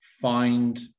find